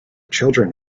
children